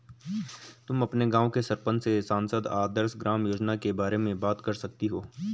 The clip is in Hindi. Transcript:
तुम अपने गाँव के सरपंच से सांसद आदर्श ग्राम योजना के बारे में बात कर सकती हो